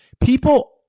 people